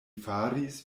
faris